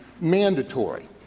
mandatory